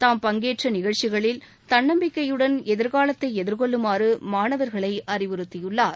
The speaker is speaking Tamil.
தாம் பங்கேற்றுள்ள நிகழ்ச்சிகளில் தன்னம்பிக்கையுடன் எதிர்காலத்தை எதிர்கொள்ளுமாறு மாணவர்களை அறிவுறுத்தியுள்ளார்